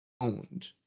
owned